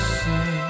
say